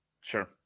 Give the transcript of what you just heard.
Sure